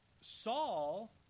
Saul